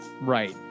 right